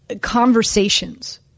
conversations